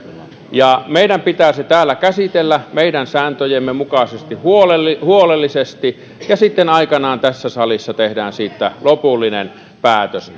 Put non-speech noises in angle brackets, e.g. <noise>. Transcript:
meidän pitää se täällä käsitellä meidän sääntöjemme mukaisesti huolellisesti ja sitten aikanaan tässä salissa tehdään siitä lopullinen päätös <unintelligible>